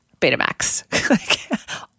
Betamax